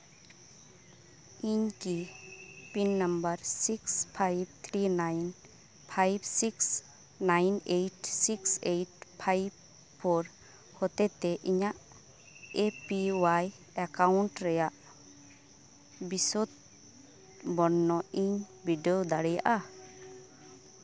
ᱤᱧ ᱠᱤ pin number six five three nine five six nine eight six eight five four ᱦᱚᱛᱮᱛᱮ ᱤᱧᱟᱜ A P Y ᱵᱤᱥᱚᱫᱽ ᱵᱚᱨᱱᱚ ᱤᱧ ᱵᱤᱰᱟᱹᱣ ᱫᱟᱲᱮᱭᱟᱜᱼᱟ